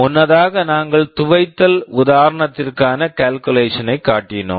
முன்னதாக நாங்கள் துவைத்தல் உதாரணத்திற்கான கால்குலேஷன் calculation ஐக் காட்டினோம்